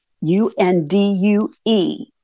U-N-D-U-E